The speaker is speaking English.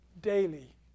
daily